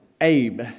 Abe